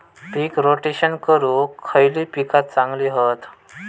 पीक rotation करूक खयली पीका चांगली हत?